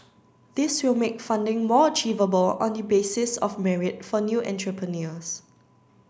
this will make funding more achievable on the basis of merit for new entrepreneurs